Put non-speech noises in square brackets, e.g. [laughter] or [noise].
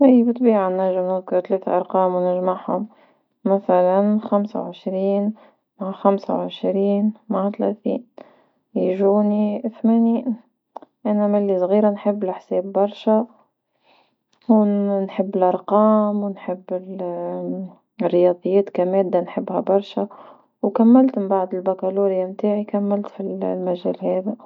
هاي بتبيعة نجم نذكر ثلاث أرقام ونجمعهم، مثلا خمسة وعشرين مع خمسة وعشرين مع تلاتين، يجوني ثمانين انا ملي صغيرة نحب الحساب برشا او نحب الارقام ونحب [hesitation] الرياضيات كمادة نحبها برشا، وكملت من بعد البكالوريا نتاعي كملت في المجال هذا.